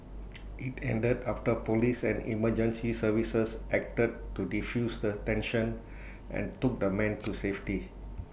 IT ended after Police and emergency services acted to defuse the tension and took the man to safety